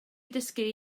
dysgu